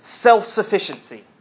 self-sufficiency